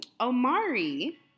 Omari